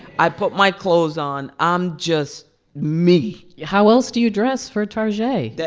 i put my clothes on. i'm just me how else do you dress for tarjay?